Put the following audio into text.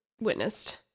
witnessed